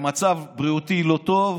במצב בריאותי לא טוב,